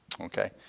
Okay